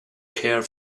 care